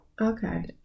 Okay